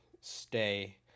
stay